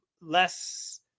less